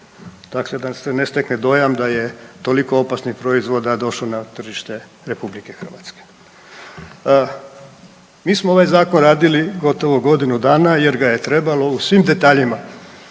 Dakle, da se ne stekne dojam da je toliko opasnih proizvoda došlo na tržište Republike Hrvatske. Mi smo ovaj Zakon radili gotovo godinu dana jer ga je trebalo u svim detaljima